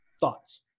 Thoughts